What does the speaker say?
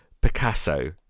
Picasso